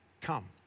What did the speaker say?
Come